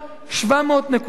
700 נקודות.